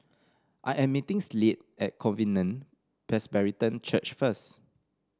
I am meeting Slade at Covenant Presbyterian Church first